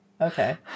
okay